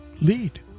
lead